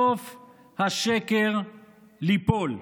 סוף השקר ליפול.